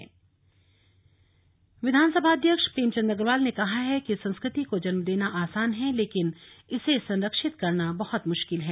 विरासत देहरादून विधानसभा अध्यक्ष प्रेमचंद अग्रवाल ने कहा है कि संस्कृति को जन्म देना आसान है लेकिन इसे संरक्षित करना बहुत मुश्किल है